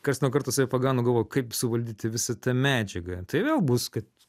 karts nuo karto save pagaunu galvoju kaip suvaldyti visą tą medžiagą tai vėl bus kad